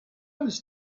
was